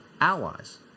allies